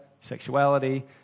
sexuality